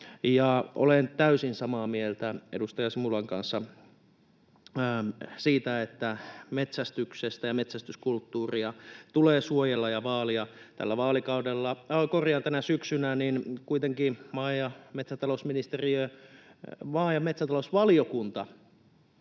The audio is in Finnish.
Olen täysin samaa mieltä edustaja Simulan kanssa siitä, että metsästystä ja metsästyskulttuuria tulee suojella ja vaalia. Tänä syksynä kuitenkin maa- ja metsätalousvaliokunta